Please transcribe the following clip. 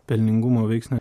pelningumo veiksnio